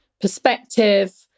perspective